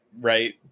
right